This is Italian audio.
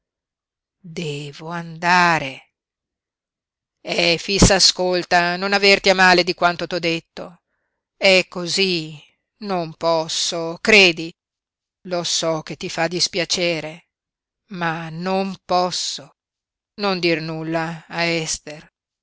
devo andare efix ascolta non averti a male di quanto t'ho detto è cosí non posso credi lo so che ti fa dispiacere ma non posso non dir nulla a ester